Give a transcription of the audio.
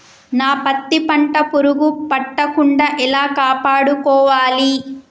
నా పత్తి పంట పురుగు పట్టకుండా ఎలా కాపాడుకోవాలి?